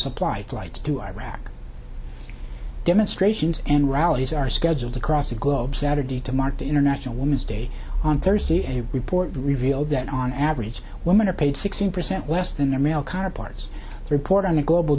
supply flights to iraq demonstrations and rallies are scheduled across the globe saturday to mark international women's day on thursday a report revealed that on average women are paid sixteen percent less than their male counterparts the report on the global